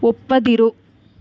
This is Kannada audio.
ಒಪ್ಪದಿರು